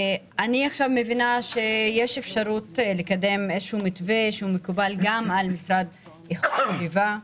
אני מבינה שיש אפשרות לקדם מתווה שמקובל גם על המשרד לאיכות הסביבה,